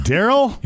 Daryl